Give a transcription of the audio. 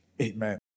amen